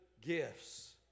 gifts